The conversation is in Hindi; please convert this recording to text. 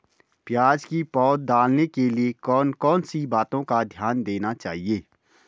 प्याज़ की पौध डालने के लिए कौन कौन सी बातों का ध्यान देना चाहिए?